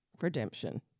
redemption